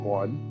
one